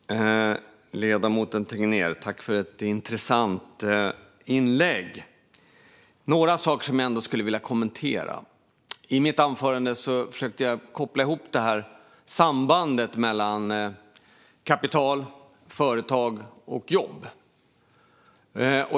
Fru talman! Tack till ledamoten Tegnér för ett intressant inlägg! Jag skulle vilja kommentera några saker. I mitt anförande försökte jag koppla ihop sambandet mellan kapital, företag och jobb.